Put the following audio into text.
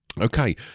Okay